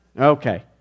okay